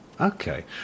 Okay